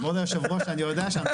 יש לך